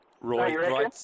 Roy